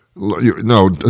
No